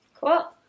Cool